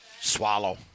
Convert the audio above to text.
Swallow